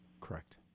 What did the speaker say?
Correct